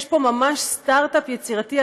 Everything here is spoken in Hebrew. יש פה ממש סטרט-אפ יצירתי.